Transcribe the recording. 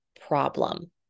problem